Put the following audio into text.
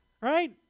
right